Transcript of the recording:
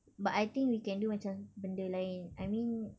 but I think we can do macam benda lain I mean